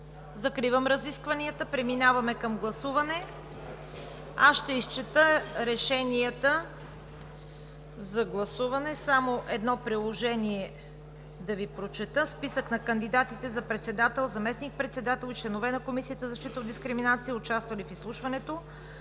Закривам разискванията. Преминаваме към гласуване. Аз ще изчета решенията за гласуване. Ще Ви прочета едно приложение: списък на кандидатите за председател, заместник-председател, членове на Комисията за защита от дискриминация, участвали в изслушването: